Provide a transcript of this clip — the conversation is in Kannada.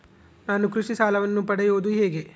ನಾನು ಕೃಷಿ ಸಾಲವನ್ನು ಪಡೆಯೋದು ಹೇಗೆ?